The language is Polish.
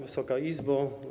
Wysoka Izbo!